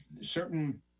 certain